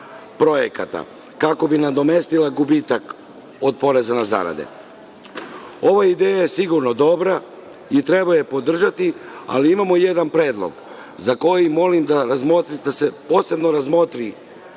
projekata kako bi nadomestila gubitak od poreza na zarade. Ova ideja je sigurno dobra i treba je podržati, ali imamo jedan predlog za koji molim da se posebno razmotri